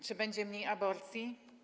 Czy będzie mniej aborcji?